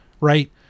Right